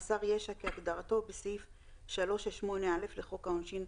חסר ישע כהגדרתו בסעיף 368א לחוק העונשין,